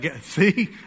See